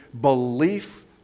belief